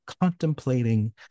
contemplating